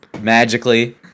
magically